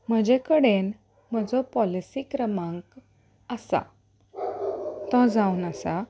म्हजे कडेन म्हजो पॉलिसी क्रमांक आसा तो जावन आसा